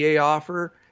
offer